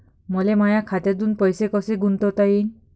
मले माया खात्यातून पैसे कसे गुंतवता येईन?